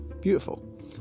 beautiful